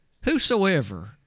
Whosoever